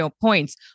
points